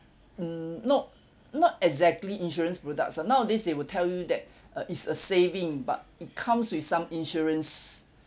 mm no not exactly insurance products uh nowadays they will tell you that uh is a saving but it comes with some insurance